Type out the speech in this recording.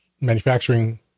manufacturing